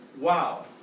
Wow